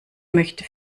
möchte